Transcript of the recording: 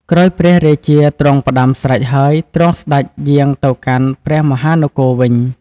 ក្រោយព្រះរាជាទ្រង់ផ្តាំស្រេចហើយ ទ្រង់សេ្តចយាងទៅកាន់ព្រះមហានគរវិញទៅ។